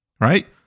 Right